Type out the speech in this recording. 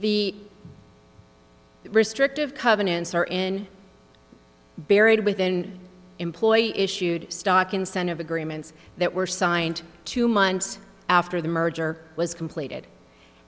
the restrictive covenants are in buried within employee issued stock incentive agreements that were signed two months after the merger was completed